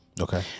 Okay